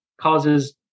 causes